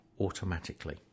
automatically